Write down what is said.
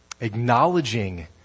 acknowledging